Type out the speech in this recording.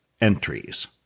entries